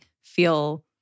feel